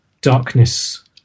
darkness